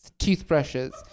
Toothbrushes